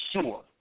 sure